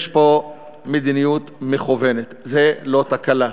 יש פה מדיניות מכוונת, זה לא תקלה,